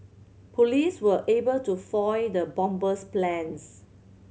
police were able to foil the bomber's plans